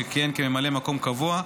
שכיהן כממלא מקום קבוע,